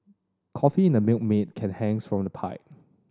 coffee in a Milkmaid can hangs from a pipe